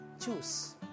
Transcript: choose